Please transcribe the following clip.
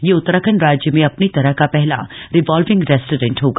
यह उत्तराखंड राज्य में अपनी तरह का पहला रिवॉल्विंग रेस्टोरेंट होगा